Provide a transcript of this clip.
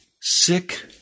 sick